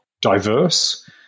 diverse